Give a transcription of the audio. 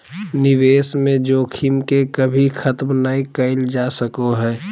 निवेश में जोखिम के कभी खत्म नय कइल जा सको हइ